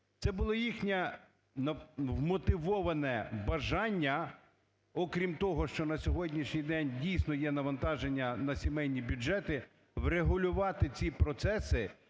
це була їхнє вмотивоване бажання, окрім того, що на сьогоднішній день, дійсно, є навантаження на сімейні бюджети врегулювати ці процеси